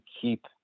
keep